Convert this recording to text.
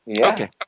Okay